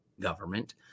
government